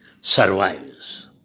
survives